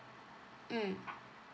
mm